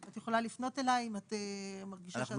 את יכולה לפנות אליי אם את מרגישה שאת